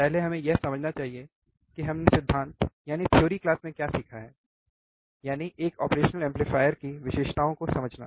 पहले हमें यह समझना चाहिए कि हमने सिद्धांत क्लास में क्या सीखा है यानी एक ऑपरेशनल एम्पलीफायर की विशेषताओं को समझना